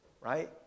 right